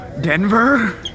Denver